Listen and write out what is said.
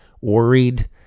worried